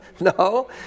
No